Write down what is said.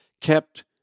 kept